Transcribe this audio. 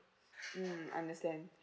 mm understand